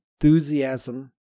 enthusiasm